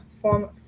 form